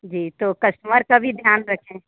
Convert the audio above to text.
जी तो कस्टमर का भी ध्यान रखें